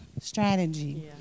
strategy